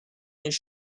his